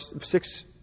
six